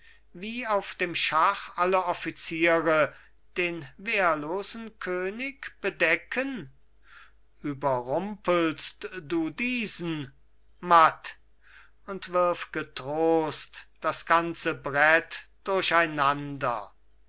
wie auf dem schach alle offiziere den wehrlosen könig bedecken überrumpelst du diesen matt und wirf getrost das ganze brett durcheinander